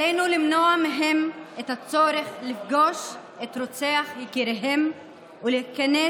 עלינו למנוע מהם את הצורך לפגוש את רוצח יקיריהם ולהיכנס